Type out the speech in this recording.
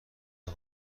حتی